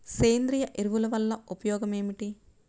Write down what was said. సేంద్రీయ ఎరువుల వల్ల ఉపయోగమేమిటీ?